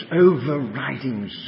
overriding